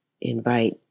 invite